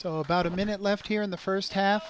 saw about a minute left here in the first half